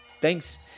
Thanks